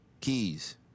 Keys